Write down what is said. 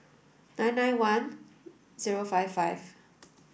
nine nine one zero five five